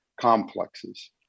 complexes